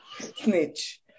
Snitch